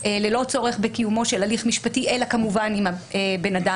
ללא צורך בקיומו של הליך משפטי אלא כמובן אם הבן אדם